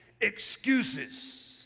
excuses